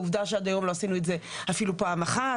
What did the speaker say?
עובדה שעד היום לא עשינו את זה אפילו פעם אחת.